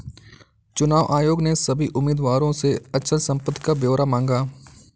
चुनाव आयोग ने सभी उम्मीदवारों से अचल संपत्ति का ब्यौरा मांगा